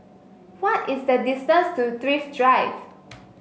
why is the distance to Thrift Drive